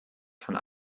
kann